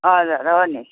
हजुर हो नि